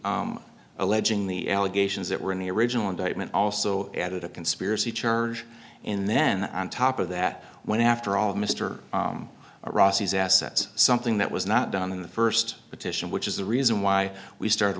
to alleging the allegations that were in the original indictment also added a conspiracy charge in then on top of that went after all of mr ross these assets something that was not done in the first petition which is the reason why we started